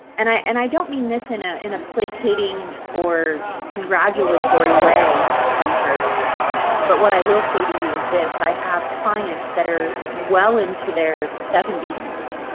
and i and i don't mean this in ah a a placating or congratulatory way hunter but what i will say to you is this, i have clients that are well into their seventy s